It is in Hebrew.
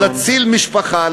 זה להציל משפחה,